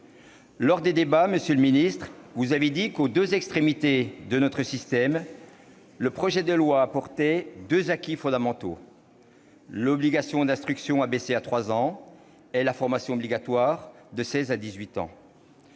Lors des débats, monsieur le ministre, vous avez dit qu'aux deux extrémités de notre système le projet de loi apportait « deux acquis fondamentaux »: l'obligation d'instruction abaissée à 3 ans et la formation obligatoire de 16 à 18 ans.